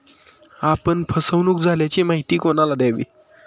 आपण फसवणुक झाल्याची माहिती कोणाला द्यावी?